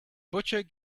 butcher